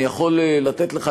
אני יכול לתת לך,